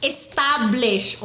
Establish